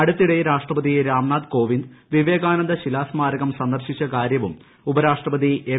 അടുത്തിടെ രാഷ്ട്രപതി രാംനാഥ് കോവിന്ദ് വിവേകാനന്ദ ശിലാസ്മാരകം സന്ദർശിച്ച കാര്യവും ഉപരാഷ്ട്രപതി എം